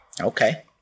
Okay